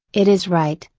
it is right,